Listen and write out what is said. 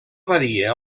badia